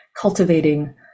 cultivating